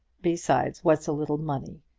besides, what's a little money?